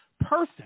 person